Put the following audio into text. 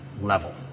level